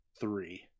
three